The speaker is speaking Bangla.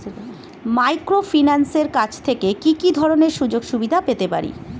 মাইক্রোফিন্যান্সের কাছ থেকে কি কি ধরনের সুযোগসুবিধা পেতে পারি?